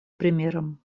примером